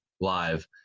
live